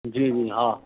جی جی ہاں